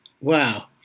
Wow